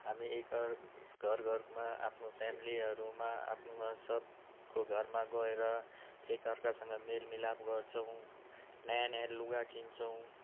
हामी एक अर घर घरमा आफ्नो फेमिलीहरूमा आफ्नोमा सबको घरमा गएर एक अर्कासँग मेलमिलाप गर्छौँ नयाँ नयाँ लुगा किन्छौँ